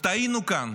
ותהינו כאן: